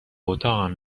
اتاقم